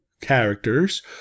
characters